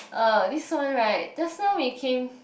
uh this one right just now we came